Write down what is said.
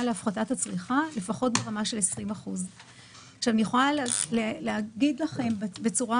להפחתת הצריכה לפחות ברמה של 20%. אני יכולה להגיד לכם בצורה